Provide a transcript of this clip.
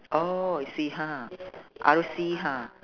oh I see ha R_C ha